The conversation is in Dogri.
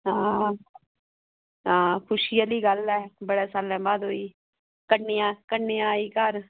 हां ता खुशी आह्ली गल्ल ऐ बड़े सालें बाद होई कन्या कन्या आई घर